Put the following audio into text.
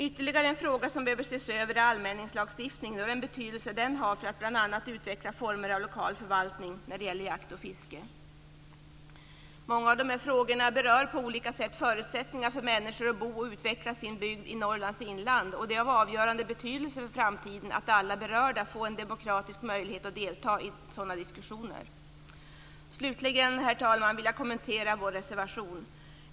Ytterligare en fråga som behöver ses över är allmänningslagstiftningen och den betydelse den har för att bl.a. utveckla former av lokal förvaltning när det gäller jakt och fiske. Många av dessa frågor berör på olika sätt förutsättningarna för människor att bo i och utveckla sin bygd i Norrlands inland, och det är av avgörande betydelse för framtiden att alla berörda får en demokratisk möjlighet att delta i sådana diskussioner. Slutligen, herr talman, vill jag kommentera vår reservation.